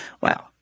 Wow